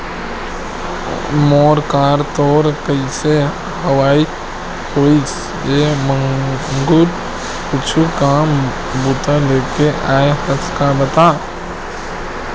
मोर करा तोर कइसे अवई होइस हे मंगलू कुछु काम बूता लेके आय हस का बता?